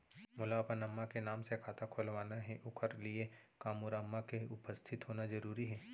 मोला अपन अम्मा के नाम से खाता खोलवाना हे ओखर लिए का मोर अम्मा के उपस्थित होना जरूरी हे?